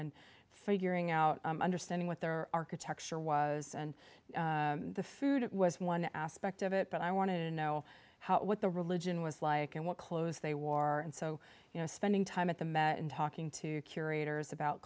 and figuring out understanding what their architecture was and the food was one aspect of it but i wanted to know what the religion was like and what clothes they wore and so you know spending time at the met and talking to curators about